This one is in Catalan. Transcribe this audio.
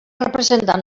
representar